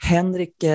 Henrik